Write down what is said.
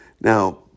Now